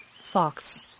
Socks